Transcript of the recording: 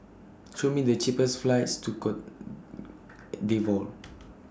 Show Me The cheapest flights to Cote D'Ivoire